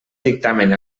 dictamen